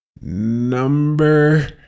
Number